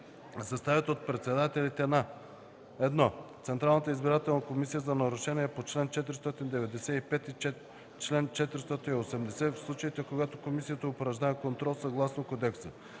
съставят от председателите на: 1. Централната избирателна комисия за нарушения по чл. 495 и чл. 480 – в случаите, когато комисията упражнява контрол съгласно кодекса,